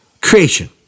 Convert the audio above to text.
creation